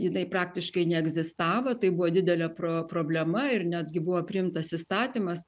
jinai praktiškai neegzistavo tai buvo didelė pro problema ir netgi buvo priimtas įstatymas